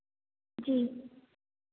जी